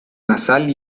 nasal